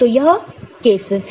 तो यह केसस है